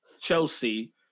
Chelsea